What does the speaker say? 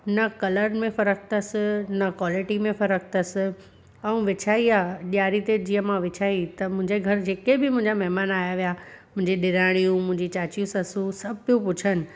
न कलर में फ़रक अथस न क्वालिटी में फ़रक अथस ऐं विछाई आहे ॾिआरी ते जीअं मां विछाई त मुंहिंजे घरु जेके बि मुंहिंजा महिमान आया विया मुंहिंजी ॾेराणियूं मुंहिंजी चाचियूं ससु सभु पियूं पुछनि